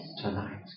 Tonight